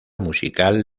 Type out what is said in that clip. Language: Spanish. musical